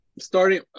starting –